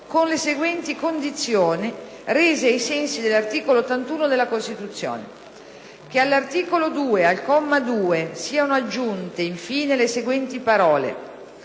con le seguenti condizioni rese ai sensi dell'articolo 81 della Costituzione: che all'articolo 2, al comma 2, siano aggiunte in fine le seguenti parole: